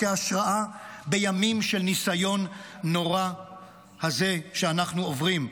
השראה בימים של הניסיון הנורא הזה שאנחנו עוברים.